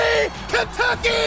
Kentucky